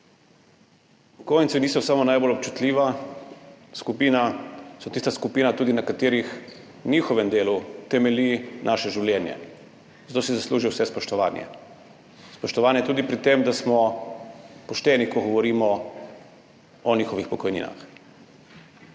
Upokojenci niso samo najbolj občutljiva skupina, so tista skupina, na katere delu temelji naše življenje, zato si zaslužijo vse spoštovanje. Spoštovanje tudi pri tem, da smo pošteni, ko govorimo o njihovih pokojninah.